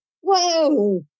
whoa